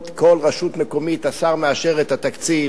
כל רשות מקומית, השר מאשר את התקציב,